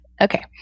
Okay